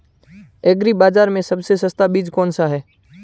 Agree बाज़ार में सबसे सस्ता बीज कौनसा है?